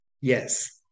yes